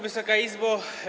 Wysoka Izbo!